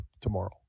tomorrow